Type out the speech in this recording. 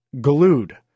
glued